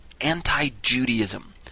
anti-Judaism